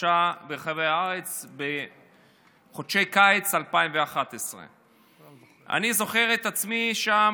שהתרחשה ברחבי הארץ בחודשי קיץ 2011. אני זוכר את עצמי שם